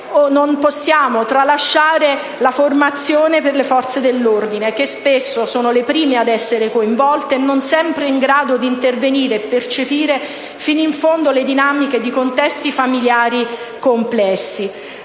non possiamo poi tralasciare la formazione per le forze dell'ordine, che spesso sono le prime ad essere coinvolte, anche se non sempre sono in grado di intervenire e percepire fino in fondo le dinamiche di contesti familiari complessi.